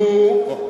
רק בחוקרים הפרטיים